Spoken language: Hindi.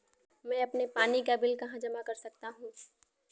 मैं अपने पानी का बिल कहाँ जमा कर सकता हूँ?